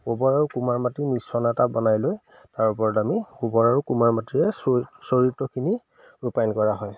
গোবৰ আৰু কুমাৰ মাটিৰ মিশ্ৰণ এটা বনাই লৈ তাৰ ওপৰত আমি গোবৰ আৰু কুমাৰ মাটিৰে চৰিত্ৰখিনি ৰূপায়ন কৰা হয়